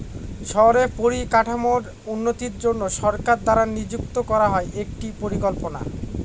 শহরের পরিকাঠামোর উন্নতির জন্য সরকার দ্বারা নিযুক্ত করা হয় একটি পরিকল্পনা